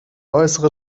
äußere